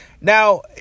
Now